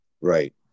Right